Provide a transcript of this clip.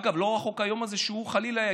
אגב, לא רחוק היום הזה שהוא חלילה יגיע,